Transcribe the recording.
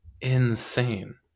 insane